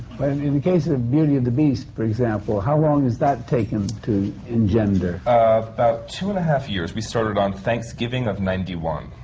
in the case of beauty and the beast, for example, how long has that taken to engender? about two and a half years. we started on thanksgiving of ninety one.